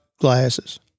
glasses